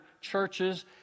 churches